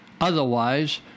Otherwise